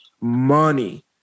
money